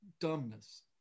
dumbness